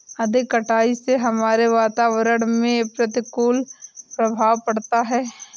अधिक कटाई से हमारे वातावरण में प्रतिकूल प्रभाव पड़ता है